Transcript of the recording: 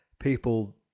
people